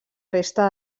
resta